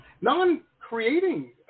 non-creating